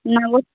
নাগর